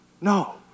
No